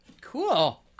Cool